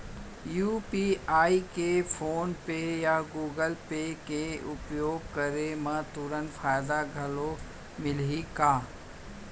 UPI के PhonePe या Google Pay के उपयोग करे म तुरंत फायदा घलो मिलही का?